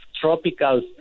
tropical